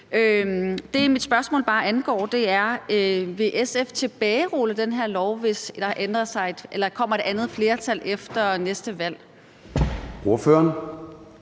Det, mit spørgsmål bare angår, er: Vil SF tilbagerulle den her lov, hvis der kommer et andet flertal efter næste valg?